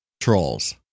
trolls